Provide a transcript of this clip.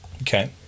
Okay